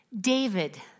David